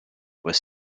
was